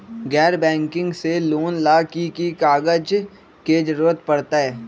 गैर बैंकिंग से लोन ला की की कागज के जरूरत पड़तै?